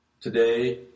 today